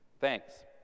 Thanks